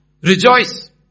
Rejoice